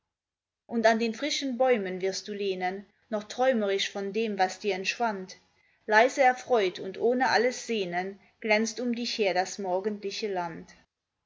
und an den frischen bäumen wirst du lehnen noch träumerisch von dem was dir entschwand leise erfreut und ohne alles sehnen glänzt um dich her das morgendliche land